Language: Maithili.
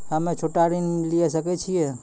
हम्मे छोटा ऋण लिये सकय छियै?